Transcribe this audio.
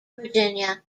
virginia